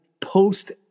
post